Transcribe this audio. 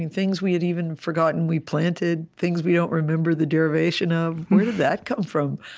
and things we had even forgotten we planted, things we don't remember the derivation of where did that come from?